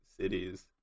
cities